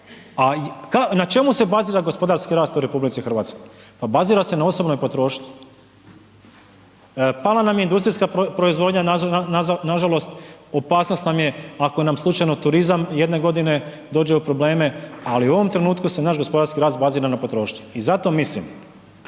na čemu se bazira gospodarski rast u RH? Pa bazira se na osobnoj potrošnji. Pala nam je industrijska proizvodnja, nažalost opasnost nam je ako nam slučajno turizam jedne godine dođe u probleme, ali u ovom se trenutku naš gospodarski rast bazira na potrošnji. I zato mislim